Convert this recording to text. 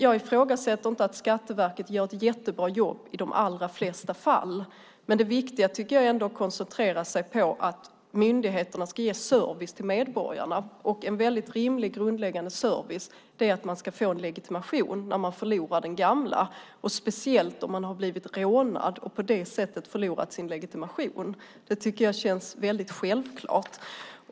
Jag ifrågasätter inte att Skatteverket gör ett jättebra jobb i de allra flesta fall. Men det viktiga är ändå att koncentrera sig på att myndigheterna ska ge service till medborgarna. En väldigt viktig grundläggande service är att man ska få legitimation när man förlorar den gamla. Det gäller speciellt om man blivit rånad och på det sättet förlorat sin legitimation. Det känns väldigt självklart.